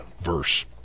verse